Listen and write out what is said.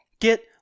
Get